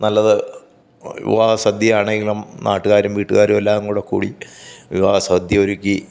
നല്ലത് വിവാഹ സദ്യ ആണെങ്കിലും നാട്ടുകാരും വീട്ടുകാരും എല്ലാം കൂടെ കൂടി വിവാഹസദ്യ ഒരുക്കി